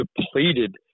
depleted